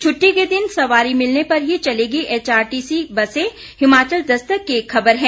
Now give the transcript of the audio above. छुट्टी के दिन सवारी मिलने पर हीं चलेंगी एचआरटीसीबसें हिमाचल दस्तक की एक खबर हैं